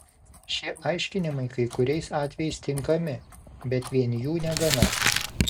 šie aiškinimai kai kuriais atvejais tinkami bet vien jų negana